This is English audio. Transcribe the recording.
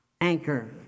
anchor